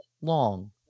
long